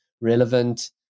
relevant